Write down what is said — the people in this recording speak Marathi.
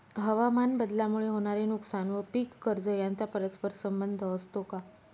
हवामानबदलामुळे होणारे नुकसान व पीक कर्ज यांचा परस्पर संबंध असतो का?